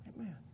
Amen